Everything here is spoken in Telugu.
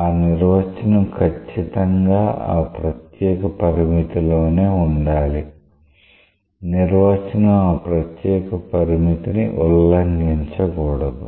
ఆ నిర్వచనం ఖచ్చితంగా ఆ ప్రత్యేక పరిమితిలోనే ఉండాలి నిర్వచనం ఆ ప్రత్యేక పరిమితిని ఉల్లంఘించకూడదు